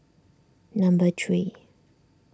number three